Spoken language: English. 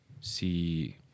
See